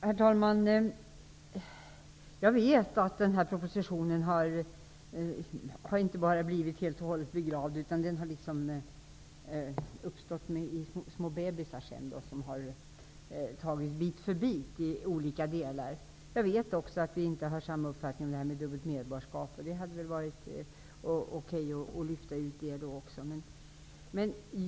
Herr talman! Jag vet att den här propositionen inte bara har blivit helt och hållet begravd, utan den har återuppstått i små ''bebisar'', i olika delar. Jag vet också att vi inte har samma uppfattning om dubbelt medborgarskap, och det hade varit okej att lyfta ut den frågan också.